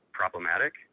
problematic